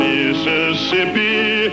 Mississippi